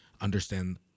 understand